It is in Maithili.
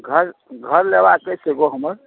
घर घर लेबाके अछि एगो हमरा